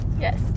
Yes